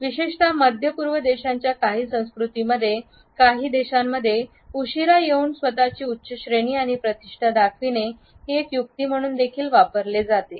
विशेषत मध्य पूर्व देशांच्या कार्य संस्कृती काही देशांमध्ये उशिरा येऊन स्वतःची उच्चश्रेणी आणि प्रतिष्ठा दाखविणे हे एक युक्ती म्हणून देखील वापरले जाते